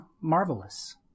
marvelous